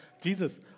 Jesus